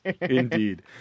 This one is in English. indeed